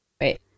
Wait